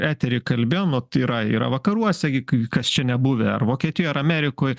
etery kalbėjom vat tai yra yra vakaruose gi kas čia nebuvę ar vokietijoj ar amerikoj